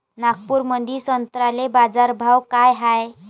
नागपुरामंदी संत्र्याले बाजारभाव काय हाय?